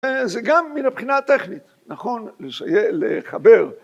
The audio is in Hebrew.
זה גם מן הבחינה הטכנית, נכון, לחבר.